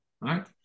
right